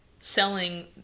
Selling